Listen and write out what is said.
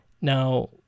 Now